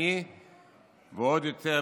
תודה.